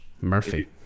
Murphy